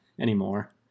anymore